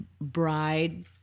bride